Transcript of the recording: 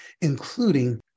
including